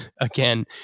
again